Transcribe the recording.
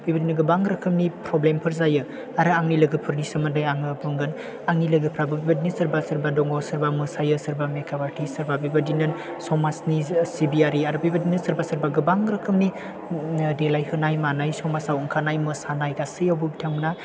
बेबायदिनो गोबां रोखोमनि प्रब्लेमफोर जायो आरो आंनि लोगोफोरनि सोमोन्दै आङो बुंगोन आंनि लोगोफ्राबो बेबायदिनो सोरबा सोरबा दङ सोरबा मोसायो सोरबा मेकाप आर्टिस्ट सोरबा बेबायदिनो समाजनि सिबियारि आरो बेबायदिनो सोरबा सोरबा गोबां रोखोमनि देलाइ होनाय मानाय समाजाव ओंखारनाय मोसानाय गासैयावबो बिथांमोनहा